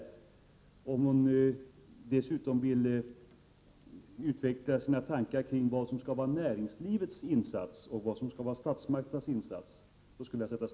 Jag skulle sätta stort värde på om statsrådet dessutom ville utveckla sina tankar om vad som skall vara näringslivets insats och vad som skall vara statsmakternas insats.